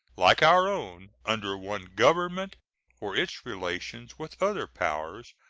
like our own, under one government for its relations with other powers,